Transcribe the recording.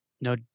No